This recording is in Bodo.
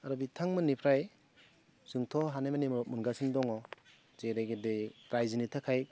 आरो बिथांमोननिफ्राय जोंथ' हानायमानि माबा मोनगासिनो दङ जेरै बायदि रायजोनि थाखाय